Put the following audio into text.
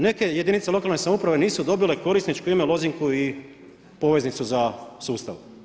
Neke jedinice lokalne samouprave nisu dobile korisničko ime, lozinku i poveznicu za sustav.